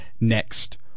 next